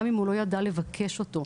גם אם הוא לא ידע לבקש אותו.